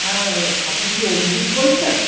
হ্যাঁ আপনি কি অভিজিৎ বলছেন